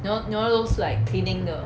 you know you know those like cleaning 的